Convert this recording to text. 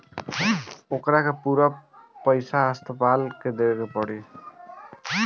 ओकरा के पूरा पईसा अस्पताल के देवे के पड़ी